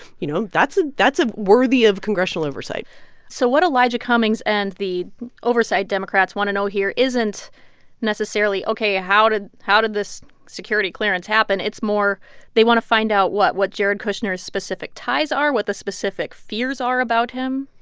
you know, that's ah that's ah worthy of congressional oversight so what elijah cummings and the oversight democrats want to know here isn't necessarily, ok, how did this security clearance happen? it's more they want to find out what what jared kushner's specific ties are, what the specific fears are about him?